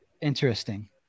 interesting